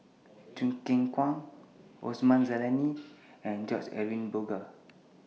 Choo Keng Kwang Osman Zailani and George Edwin Bogaars